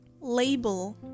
label